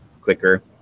quicker